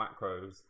macros